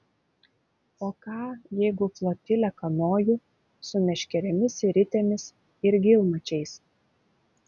o ką jeigu flotilę kanojų su meškerėmis ir ritėmis ir gylmačiais